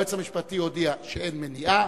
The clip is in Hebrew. היועץ המשפטי הודיע שאין מניעה.